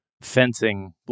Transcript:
fencing